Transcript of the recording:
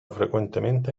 frecuentemente